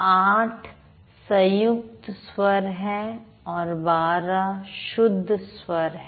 ८ संयुक्त स्वर हैं और १२ शुद्ध स्वर है